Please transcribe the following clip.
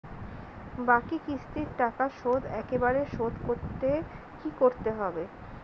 বাকি কিস্তির টাকা শোধ একবারে শোধ করতে কি করতে হবে?